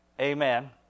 amen